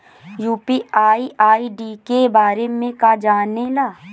UPI ID के बारे में का जाने ल?